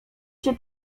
się